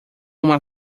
uma